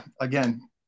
again